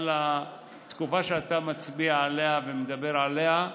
התקופה שאתה מצביע עליה ומדבר עליה.